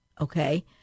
okay